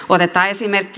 otetaan esimerkki